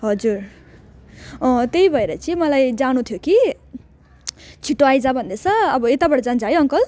हजुर अँ त्यही भएर चाहिँ मलाई जानु थियो कि छिटो आइज भन्दैछ अब यताबाट जान्छ है अङ्कल